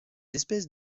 espèces